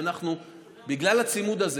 שבגלל הצימוד הזה,